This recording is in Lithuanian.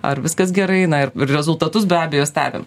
ar viskas gerai na ir rezultatus be abejo stebim